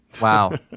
Wow